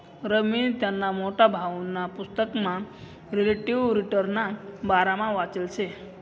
रवीनी त्याना मोठा भाऊना पुसतकमा रिलेटिव्ह रिटर्नना बारामा वाचेल शे